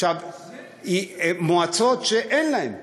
עכשיו, מועצות שאין להן,